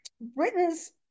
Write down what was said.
Britain's